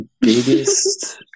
biggest